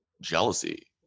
jealousy